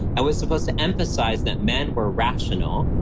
and was supposed to emphasize that men were rational,